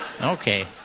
Okay